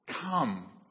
come